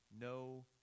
no